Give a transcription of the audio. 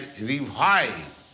revive